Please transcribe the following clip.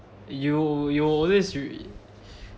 you you always